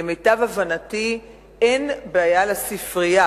למיטב הבנתי, אין בעיה לספרייה.